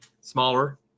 smaller